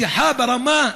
שיחה ברמה,